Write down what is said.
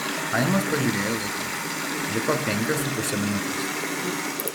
chaimas pažiūrėjo į laikrodį liko penkios su puse minutės